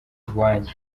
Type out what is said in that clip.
iwanyu